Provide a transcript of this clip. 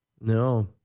no